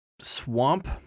swamp